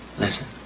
listen.